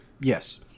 Yes